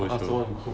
I also want to go